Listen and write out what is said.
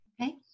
Okay